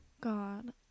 God